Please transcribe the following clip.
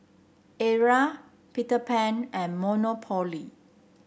Arai Peter Pan and Monopoly